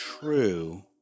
true